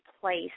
place